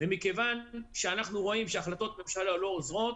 ומכיוון שאנחנו רואים שהחלטות ממשלה לא עוזרות,